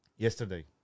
Yesterday